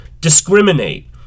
discriminate